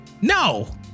no